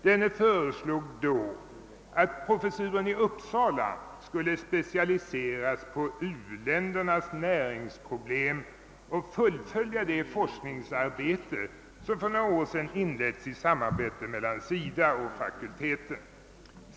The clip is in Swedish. Denne föreslog då att professuren i Uppsala skulle specialiseras på u-ländernas näringsproblem och fullfölja det forskningsarbete som för några år sedan inleddes i samarbete mellan SIDA och fakulteten.